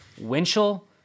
Winchell